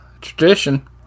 tradition